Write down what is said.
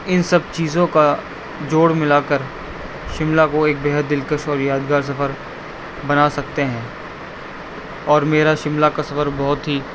ان سب چیزوں کا جوڑ ملا کر شملہ کو ایک بےحد دلکش اور یادگار سفر بنا سکتے ہیں اور میرا شملہ کا سفر بہت ہی